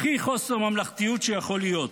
הכי חוסר ממלכתיות שיכול להיות.